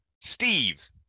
Steve